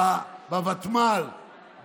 בוותמ"ל,